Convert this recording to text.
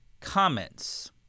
comments